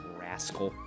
rascal